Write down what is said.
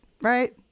Right